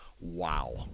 Wow